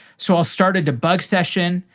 so i'll start a debug session.